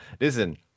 listen